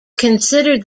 considered